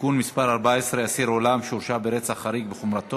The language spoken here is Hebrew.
(תיקון מס' 14) (אסיר עולם שהורשע ברצח חריג בחומרתו),